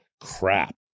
crap